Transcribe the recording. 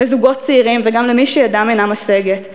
לזוגות צעירים וגם למי שידם אינה משגת,